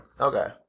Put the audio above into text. Okay